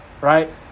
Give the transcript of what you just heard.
right